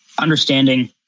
understanding